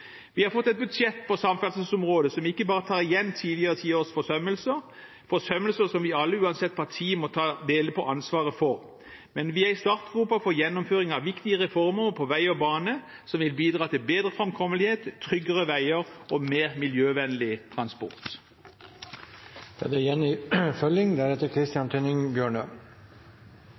Vi har fått et budsjett på samferdselsområdet som ikke bare tar igjen tidligere tiårs forsømmelser, forsømmelser som vi alle, uansett parti, må dele ansvaret for – vi er i startgropa for å få gjennomført viktige reformer på vei og bane, som vil bidra til bedre framkommelighet, tryggere veier og mer miljøvennlig transport. Ras og rasfare er ein realitet for mange vegfarande i